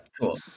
Cool